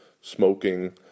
smoking